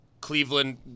Cleveland